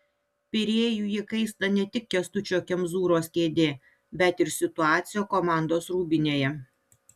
pirėjuje kaista ne tik kęstučio kemzūros kėdė bet ir situacija komandos rūbinėje